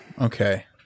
okay